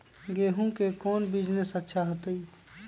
गेंहू के कौन बिजनेस अच्छा होतई?